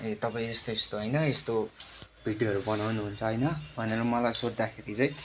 ए तपाईँ यस्तो यस्तो होइन यस्तो भिडियोहरू बनाउनुहुन्छ होइन भनेर मलाई सोध्दाखेरि चाहिँ